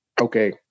Okay